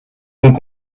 donc